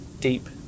deep